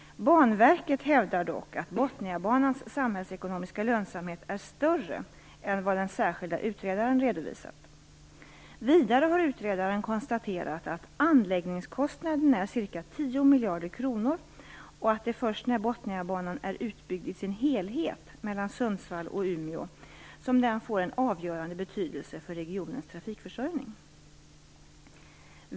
Banverket hävdar dock att Botniabanans samhällsekonomiska lönsamhet är större än vad den särskilda utredaren redovisat. Vidare har utredaren konstaterat att anläggningskostnaden är ca 10 miljarder kronor och att det först när Botniabanan är utbyggd i sin helhet mellan Sundsvall och Umeå som den får en avgörande betydelse för regionens trafikförsörjning.